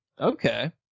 Okay